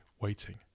waiting